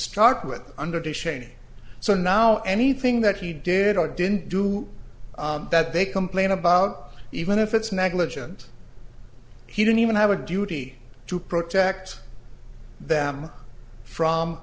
start with under to shane so now anything that he did or didn't do that they complain about even if it's negligent he didn't even have a duty to protect them from